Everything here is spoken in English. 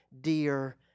dear